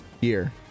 year